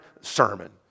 Sermon